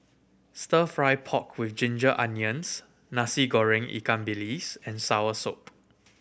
Stir Fry pork with ginger onions Nasi Goreng ikan bilis and soursop